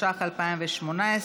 התשע"ח 2018,